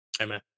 Amen